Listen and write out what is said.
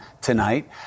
tonight